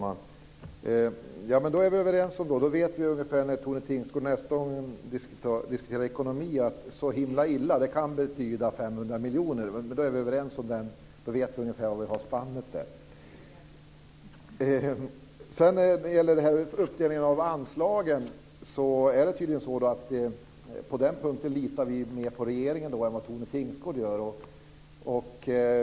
Fru talman! Då är vi överens. Nästa gång när Tone Tingsgård diskuterar ekonomi vet vi då att inte så himla illa kan betyda 500 miljoner. Då vet vi ungefär var vi har spannet. När det gäller detta med uppdelningen av anslaget är det tydligen så att vi på den punkten litar mer på regeringen än vad Tone Tingsgård gör.